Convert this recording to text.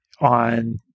on